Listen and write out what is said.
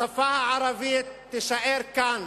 השפה הערבית תישאר כאן